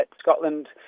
Scotland